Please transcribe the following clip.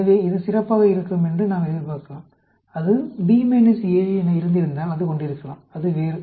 எனவே இது சிறப்பாக இருக்கும் என்று நாம் எதிர்பார்க்கிறோம் அது என இருந்திருந்தால் அது கொண்டிருக்கலாம் அது வேறு